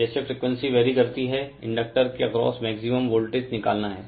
जैसे frequency vary करती है इंडक्टर के अक्रॉस मैक्सिमम वोल्टेज निकालना हैं